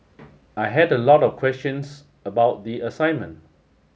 I had a lot of questions about the assignment